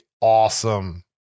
awesome